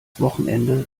wochenende